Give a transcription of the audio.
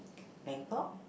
Bangkok